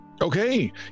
Okay